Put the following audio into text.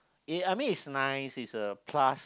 I mean is nice is a plus